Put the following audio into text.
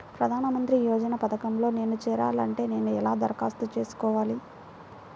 ప్రధాన మంత్రి యోజన పథకంలో నేను చేరాలి అంటే నేను ఎలా దరఖాస్తు చేసుకోవాలి?